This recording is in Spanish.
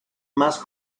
más